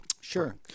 Sure